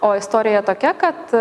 o istorija tokia kad